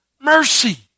mercy